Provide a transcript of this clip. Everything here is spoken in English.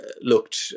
looked